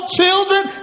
children